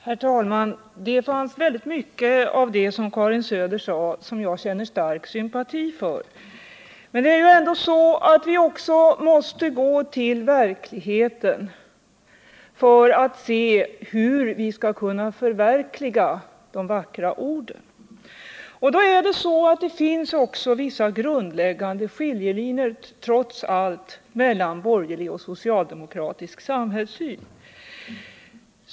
Herr talman! Det är väldigt mycket av det som Karin Söder sade som jag känner stark sympati för. Men det är ändå så att vi också måste gå till verkligheten för att se hur vi skall kunna förverkliga de vacka orden. Och då är det så att det finns också vissa grundläggande skiljelinjer, trots allt, mellan borgerlig och socialdemokratisk samhällssyn.